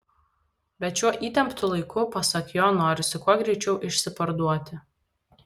bet šiuo įtemptu laiku pasak jo norisi kuo greičiau išsiparduoti